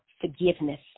forgiveness